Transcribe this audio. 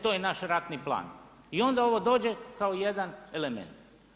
To je naš ratni plan i onda ovo dođe kao jedan element.